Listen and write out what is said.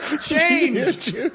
changed